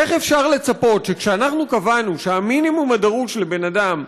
איך אפשר לצפות שכשאנחנו קבענו שהמינימום הדרוש לבן אדם,